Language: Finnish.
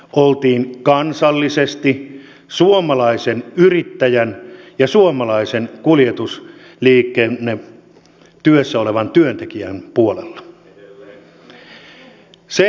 oltiin kansallisesti suomalaisen yrittäjän ja suomalaisen kuljetusliikennetyössä olevan työntekijän puolella